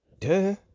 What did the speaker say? Duh